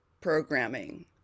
programming